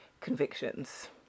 convictions